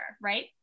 right